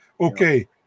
okay